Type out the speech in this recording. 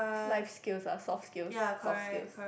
life skills ah soft skills soft skills